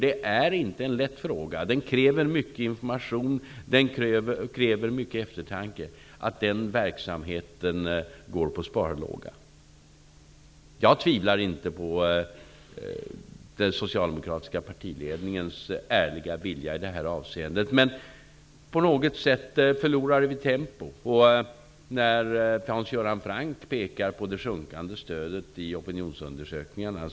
Det är inte en lätt fråga. Den kräver mycket information. Den kräver mycket eftertanke. Jag tvivlar inte på den socialdemokratiska partiledningens ärliga vilja i det här avseendet, men på något sätt förlorar vi tempo. Hans Göran Franck pekar på det sjunkande stödet i opinionsundersökningarna.